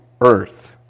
earth